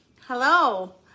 hello